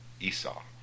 esau